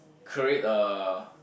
create a